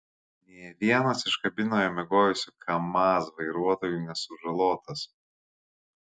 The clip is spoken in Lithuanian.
nė vienas iš kabinoje miegojusių kamaz vairuotojų nesužalotas